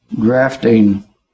grafting